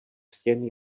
stěn